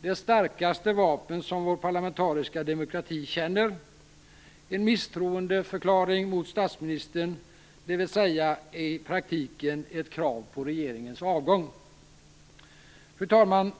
det starkaste vapen som vår parlamentariska demokrati känner, en misstroendeförklaring mot statsministern, dvs. i praktiken ett krav på regeringens avgång. Fru talman!